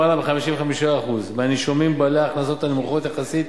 למעלה מ-55% מהנישומים בעלי ההכנסות הנמוכות יחסית